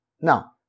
Now